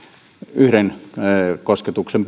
yhden kosketuksen